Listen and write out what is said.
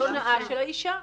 לא נאה של האישה.